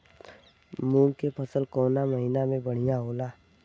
मुँग के फसल कउना महिना में बढ़ियां होला?